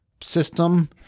system